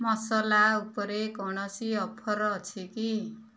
ମସଲା ଉପରେ କୌଣସି ଅଫର୍ ଅଛି କି